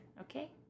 Okay